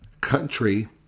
country